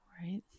right